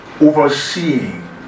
overseeing